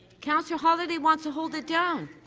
counsellor holyday wants to hold it down.